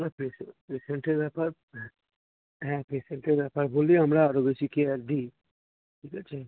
এবার পেশেন্ট পেশেন্টের ব্যাপার হ্যাঁ হ্যাঁ পেশেন্টের ব্যাপার বলেই আমরা আরও বেশি কেয়ার দিই ঠিক আছে